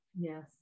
Yes